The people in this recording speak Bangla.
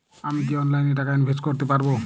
আমি কি অনলাইনে টাকা ইনভেস্ট করতে পারবো?